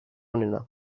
onena